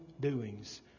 doings